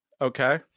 Okay